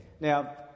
Now